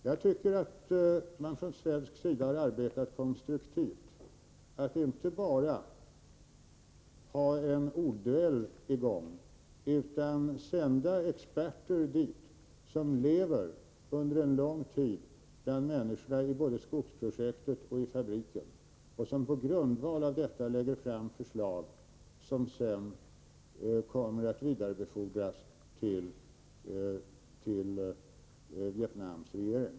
Jag tycker att man från svensk sida har arbetat konstruktivt, genom att inte bara föra en ordduell utan även sända dit experter, som lever under en lång tid bland människorna i både skogsprojektet och fabriken och som på grundval härav lägger fram förslag, som sedan kommer att vidarebefordras till Vietnams regering.